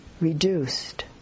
reduced